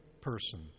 person